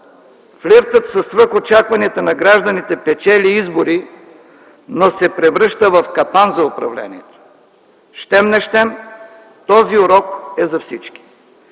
Флиртът със свръхочакванията на гражданите печели избори, но се превръща в капан за управлението. Щем - не щем този урок е за всички.